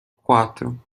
quatro